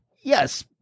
yes